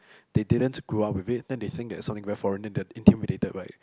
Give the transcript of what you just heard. they didn't grow up with it then they think that something very foreign then they are very intimidated by it